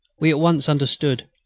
we at once understood.